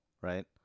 Right